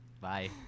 bye